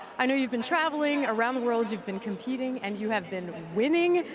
i know you've been traveling around the world you've been competing and you have been winning.